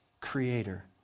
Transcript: creator